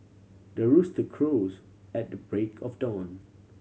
the rooster crows at the break of dawn